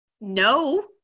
no